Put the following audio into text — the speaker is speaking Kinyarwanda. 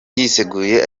ndiseguye